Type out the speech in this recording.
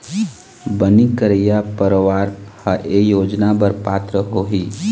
बनी करइया परवार ह ए योजना बर पात्र होही